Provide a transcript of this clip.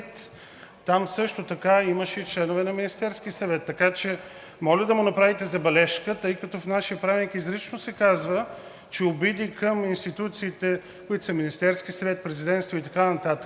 Там също така имаше и членове на Министерския съвет. Така че, моля да му направите забележка, тъй като в нашия Правилник изрично се казва, че обиди към институциите, които са Министерски съвет, Президентство и така нататък,